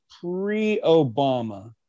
pre-Obama